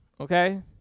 okay